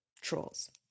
Trolls